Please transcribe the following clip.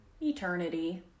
Eternity